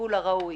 לטיפול הראוי.